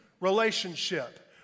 Relationship